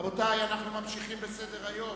רבותי, אנחנו ממשיכים בסדר-היום: